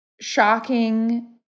shocking